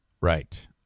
right